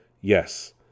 yes